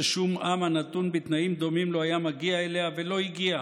ששום עם הנתון בתנאים דומים לא היה מגיע אליה ולא הגיע.